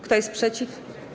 Kto jest przeciw?